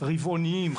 רבעוניים,